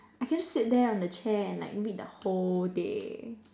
I can just sit there on the chair and like read the whole day